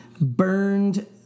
burned